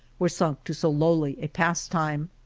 were sunk to so lowly a pastime.